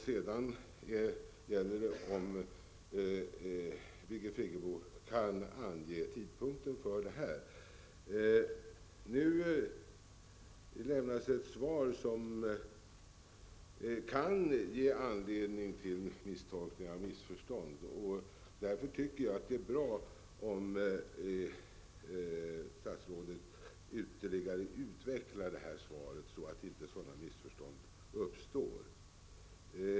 Sedan gäller det om Birgit Friggebo kan ange tidpunkten för detta. Nu lämnas ett svar som kan ge anledning till misstolkningar och missförstånd. Det är därför bra om statsrådet ytterligare utvecklar svaret så att inte sådana missförstånd uppstår.